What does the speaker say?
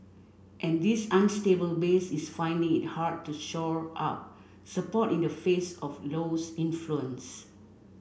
and this unstable base is finding it hard to shore up support in the face of Low's influence